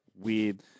weird